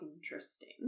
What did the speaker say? interesting